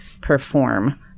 perform